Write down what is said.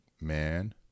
man